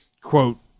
Quote